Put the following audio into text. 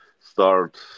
start